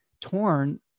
torn